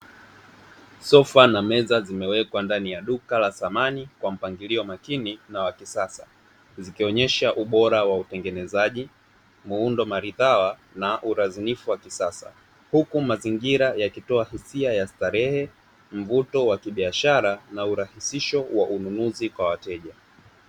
Sofa na meza zimwekwa ndani ya duka la thamani kwa mpangilio wa makini na wa kisasa, zikionesha ubora wa utengenezaji, muundo maridhawa, na urazinifu wa kisasa, huku mazingira yakitoa hisia ya starehe, mvuto wa kibiashara, na urahisisho wa unuuzi kwa wateja.